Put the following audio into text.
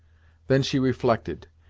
then she reflected,